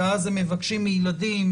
ואז הם מבקשים מילדים,